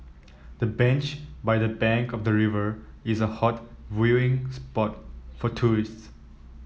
the bench by the bank of the river is a hot viewing spot for tourists